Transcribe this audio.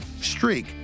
streak